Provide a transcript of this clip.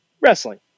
Wrestling